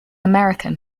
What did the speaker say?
american